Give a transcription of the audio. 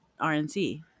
RNC